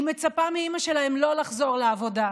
היא מצפה מאימא שלהם לא לחזור לעבודה.